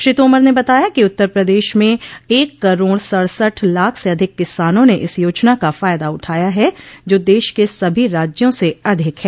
श्री तोमर ने बताया कि उत्तर प्रदेश में एक करोड़ सड़सठ लाख से अधिक किसानों ने इस योजना का फायदा उठाया है जो देश के सभी राज्यों से अधिक है